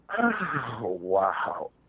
wow